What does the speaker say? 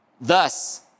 Thus